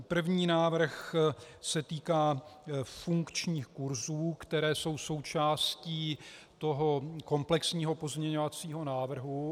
První návrh se týká funkčních kurzů, které jsou součástí toho komplexního pozměňovacího návrhu.